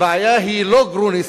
הבעיה היא לא גרוניס,